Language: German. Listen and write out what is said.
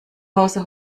hause